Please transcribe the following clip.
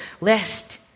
lest